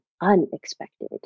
unexpected